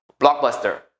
Blockbuster